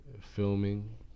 filming